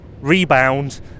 rebound